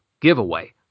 giveaway